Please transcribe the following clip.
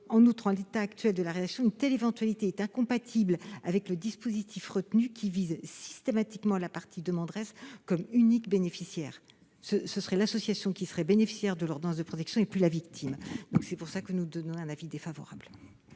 En outre, en l'état actuel de la rédaction du texte, une telle éventualité est incompatible avec le dispositif retenu qui vise systématiquement la partie demanderesse comme unique bénéficiaire. L'association serait bénéficiaire de l'ordonnance de protection, et non plus la victime. C'est la raison pour laquelle nous émettons un avis défavorable